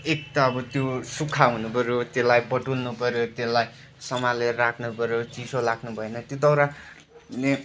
एक त अब त्यो सुक्खा हुनुपर्यो त्यसलाई बटुल्नु पर्यो त्यसलाई सम्भालेर राख्नुपर्यो चिसो लाग्नु भएन ती दाउराले